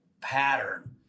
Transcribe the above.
pattern